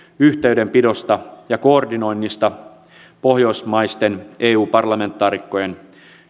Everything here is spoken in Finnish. yhteydenpidosta ja koordinoinnista pohjoismaisten eu parlamentaarikkojen